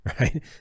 right